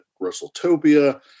Russelltopia